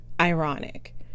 ironic